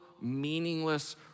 meaningless